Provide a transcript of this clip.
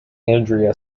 andrea